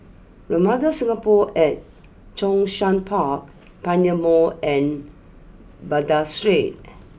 Ramada Singapore at Zhongshan Park Pioneer Mall and Baghdad Street